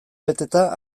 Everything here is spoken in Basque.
beteta